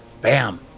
Bam